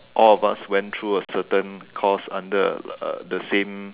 all of us went through a certain course under uh uh the same